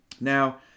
Now